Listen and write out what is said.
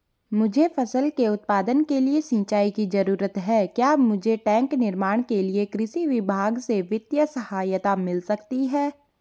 मुझे फसल के उत्पादन के लिए सिंचाई की जरूरत है क्या मुझे टैंक निर्माण के लिए कृषि विभाग से वित्तीय सहायता मिल सकती है?